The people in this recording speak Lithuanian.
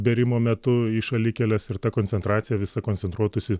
bėrimo metu į šalikeles ir ta koncentracija visa koncentruotųsi